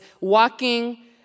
walking